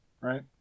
right